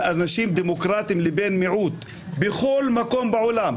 אנשים דמוקרטיים לבין מיעוט בכל מקום בעולם,